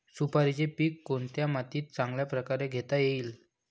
सुपारीचे पीक कोणत्या मातीत चांगल्या प्रकारे घेता येईल?